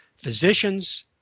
physicians